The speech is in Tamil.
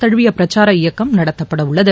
தழுவிய பிரச்சார இயக்கம் நடத்தப்படவுள்ளது